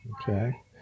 Okay